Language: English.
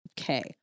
okay